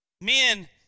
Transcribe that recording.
men